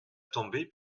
tomber